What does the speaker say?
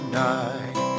night